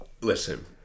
Listen